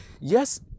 yes